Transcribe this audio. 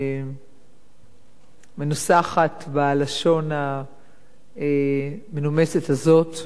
המנוסחת בלשון המנומסת הזאת.